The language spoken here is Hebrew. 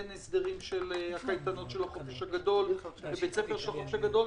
אין הסדרים של הקייטנות של החופש הגדול ובית ספר של החופש הגדול.